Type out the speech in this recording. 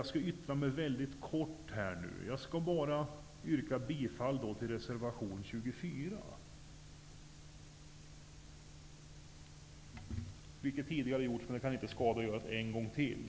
Jag skall vara mycket kortfattad och yrkar därför bifall till reservation 24, vilket tidigare har gjorts, men det kan inte skada att göra det en gång till.